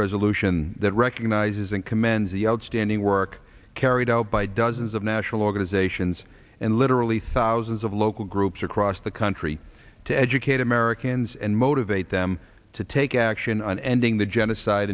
resolution that recognizes and commend the outstanding work carried out by dozens of national organizations and literally thousands of local groups across the country to educate americans and motivate them to take action on ending the genocide